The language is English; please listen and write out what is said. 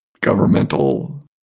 governmental